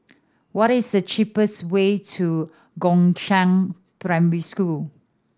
what is the cheapest way to Gongshang Primary School